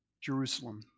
Jerusalem